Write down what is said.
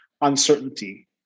uncertainty